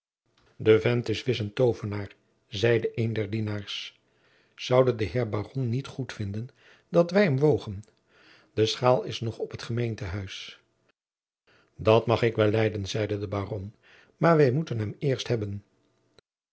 de vent is wis een tovenaar zeide een der dienaars zoude de heer baron niet goedvinden jacob van lennep de pleegzoon dat wij hem wogen de schaal is nog op het gemeentehuis dat mag ik wel lijden zeide de baron maar wij moeten hem eerst hebben